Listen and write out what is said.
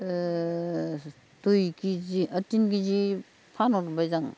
दुइ केजि तिन केजि फानहरबाय जां